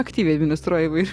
aktyviai adminstruoja įvair